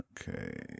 Okay